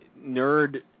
nerd